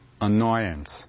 annoyance